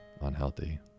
unhealthy